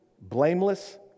blameless